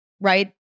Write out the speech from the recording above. right